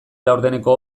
laurdeneko